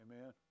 Amen